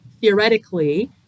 Theoretically